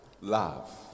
love